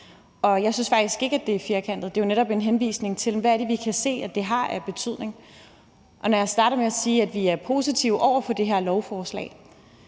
Jeg synes faktisk ikke, det er firkantet. Det er jo netop en henvisning til, hvad vi kan se det har af betydning. Når jeg startede med at sige, at vi er positive over for det her lovforslag,